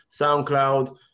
SoundCloud